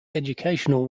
educational